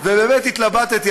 ובאמת התלבטתי,